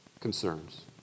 concerns